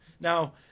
Now